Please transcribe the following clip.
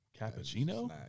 cappuccino